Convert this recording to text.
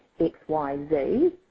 XYZ